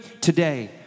today